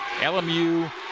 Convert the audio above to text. LMU